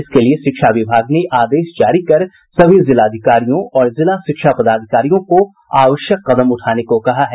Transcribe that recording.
इसके लिए शिक्षा विभाग ने आदेश जारी कर सभी जिलाधिकारियों और जिला शिक्षा पदाधिकारियों को आवश्यक कदम उठाने को कहा है